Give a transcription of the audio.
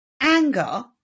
Anger